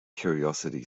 curiosity